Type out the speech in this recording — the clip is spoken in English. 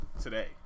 today